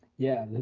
yeah,